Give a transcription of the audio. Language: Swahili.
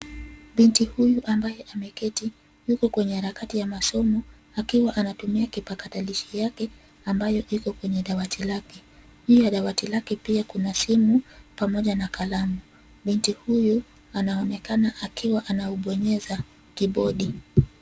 Binti huyu ambaye ameketi, yuko kwenye harakati ya masomo akiwa anatumia kipakatalishi yake ambayo iko kwenye dawati lake. Juu ya dawati lake pia kuna simu pamoja na kalamu. Binti huyu anaonekana akiwa ana ubonyeza kibodi.